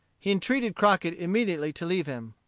he entreated crockett immediately to leave him.